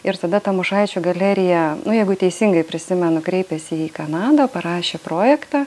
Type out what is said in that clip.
ir tada tamošaičio galerija nu jeigu teisingai prisimenu kreipėsi į kanadą parašė projektą